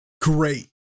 great